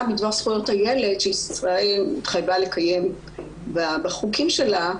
בדבר זכויות הילד שישראל התחייבה לקיים בחוקים שלה.